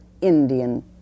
indian